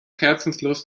herzenslust